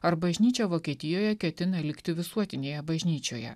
ar bažnyčia vokietijoje ketina likti visuotinėje bažnyčioje